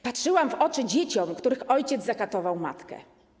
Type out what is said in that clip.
Patrzyłam w oczy dzieciom, których ojciec zakatował matkę.